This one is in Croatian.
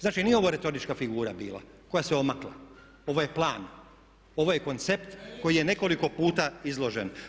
Znači nije ovo retorička figura bila koja se omakla, ovo je plan, ovo je koncept koji je nekolik puta izložen.